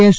S